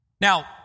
Now